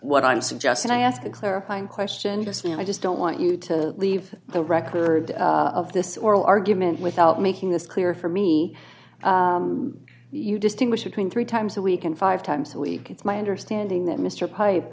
what i'm suggesting i ask a clarifying question just now i just don't want you to leave the record of this oral argument without making this clear for me you distinguish between three times a week and five times a week it's my understanding that mr pipe